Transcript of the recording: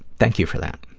thank you for that.